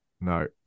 No